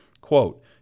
Quote